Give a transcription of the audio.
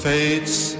fates